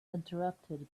interrupted